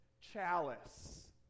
chalice